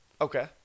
Okay